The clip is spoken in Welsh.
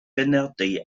benodi